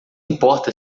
importa